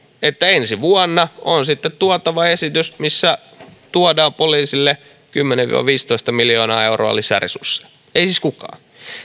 että ensi vuonna on sitten tuotava esitys missä tuodaan poliisille kymmenen viiva viisitoista miljoonaa euroa lisäresursseja ei siis kukaan